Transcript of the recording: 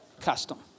custom